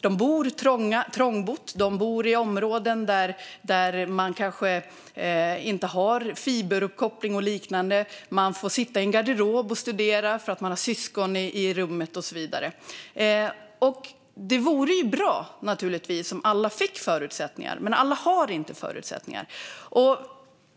De bor trångt i områden där det kanske saknas fiberuppkoppling, och de får kanske sitta i en garderob och studera för att de delar rum med sina syskon. Det vore givetvis bra om alla fick lika förutsättningar, men alla har inte det.